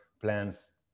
plans